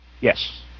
yes